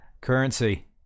currency